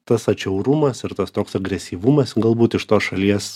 tas atšiaurumas ir tas toks agresyvumas galbūt iš tos šalies